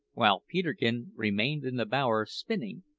while peterkin remained in the bower spinning,